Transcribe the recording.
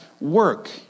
work